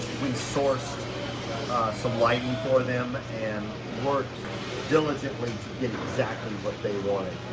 we sourced some lighting for them and worked diligently to get exactly what they wanted.